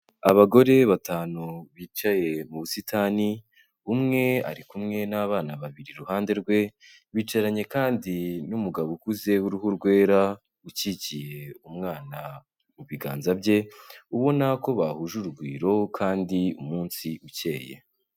Abagore batanu bicaye mu busitani, umwe ari kumwe n'abana babiri iruhande rwe, bicaranye kandi n'umugabo ukuze w'uruhu rwera ukikiye umwana mu biganza bye, ubona ko bahuje urugwiro kandi umunsi ukeye.